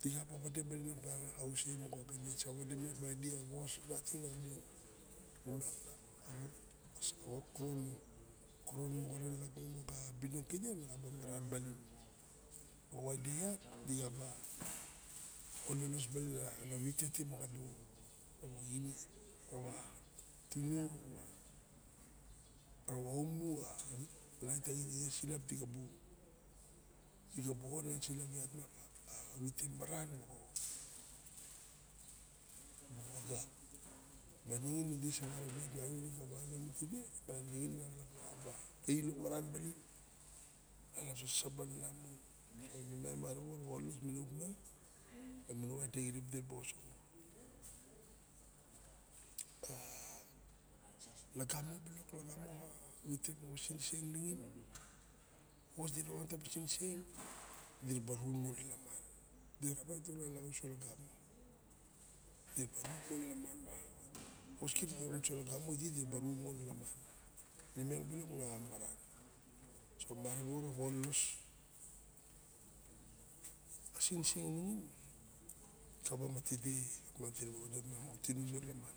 dexaba wade balin opiang madi awos moxo idimiang dixa ba ololos balin a wite timoxado moxowa sasaban anan mon ina mon a ukmiang lamun idexip diraba osoxo lagamo bilok woskiripawa ura uso lagamo ine bilok nanamaran marawa ruruaw dolos diraa wade moxa tinusolakaman